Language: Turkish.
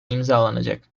imzalanacak